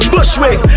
Bushwick